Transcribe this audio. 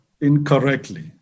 incorrectly